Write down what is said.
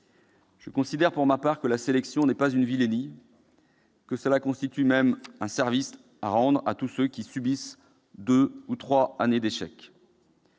je considère que la sélection n'est pas une vilenie, que cela constitue même un service à rendre à tous ceux qui subissent deux ou trois années d'échec.